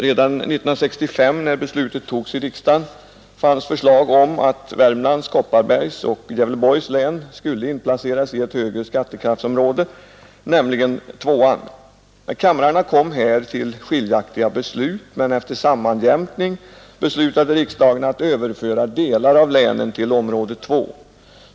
Redan år 1965, när beslutet togs i riksdagen, fanns förslag om att Värmlands, Kopparbergs och Gävleborgs län skulle inplaceras i ett högre skattekraftsområde, nämligen skattekraftsområde 2. Kamrarna kom här till skiljaktiga beslut, men efter sammanjämkning beslutade riksdagen att överföra delar av länen till område 2.